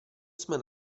jsme